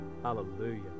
Hallelujah